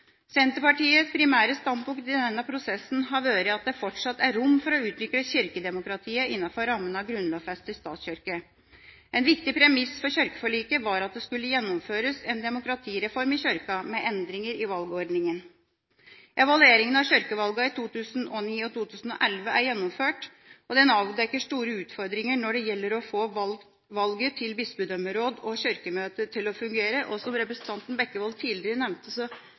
Senterpartiets primære standpunkt i denne prosessen har vært at det fortsatt er rom for å utvikle kirkedemokratiet innenfor rammene av en grunnlovfestet statskirke. En viktig premiss for kirkeforliket var at det skulle gjennomføres en demokratireform i Kirka med endringer i valgordningene. Evalueringa av kirkevalgene i 2009 og 2011 er gjennomført. Den avdekker store utfordringer når det gjelder å få valget til bispedømmeråd og Kirkemøtet til å fungere. Som representanten Bekkevold tidligere nevnte,